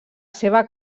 seva